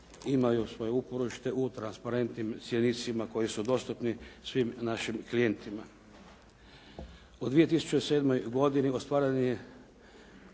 imaju svoje uporište u transparentnim cjenicima koji su dostupni svim našim klijentima. U 2007. godini ostvaren je